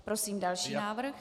Prosím další návrh.